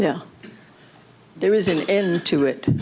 yeah there is an end to it